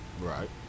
Right